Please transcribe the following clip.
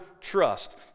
trust